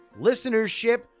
listenership